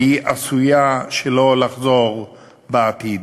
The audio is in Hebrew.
והיא עשויה שלא לחזור בעתיד.